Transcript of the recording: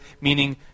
meaning